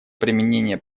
применения